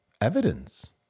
evidence